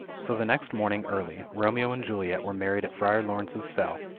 so the next morning early, romeo and juliet were married at friar laurence's cell,